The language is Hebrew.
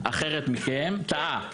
אחרת מכם טעה?